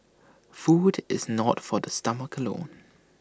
food is not for the stomach alone